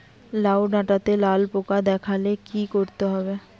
লাউ ডাটাতে লাল পোকা দেখালে কি করতে হবে?